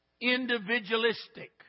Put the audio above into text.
individualistic